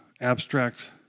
abstract